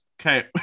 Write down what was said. Okay